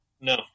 No